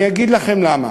אני אגיד לכם למה.